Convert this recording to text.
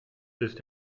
ist